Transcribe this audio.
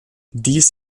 dies